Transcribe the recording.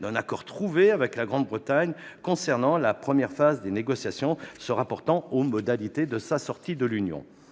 d'un accord avec la Grande-Bretagne sur la première phase des négociations se rapportant aux modalités de sa sortie de l'Union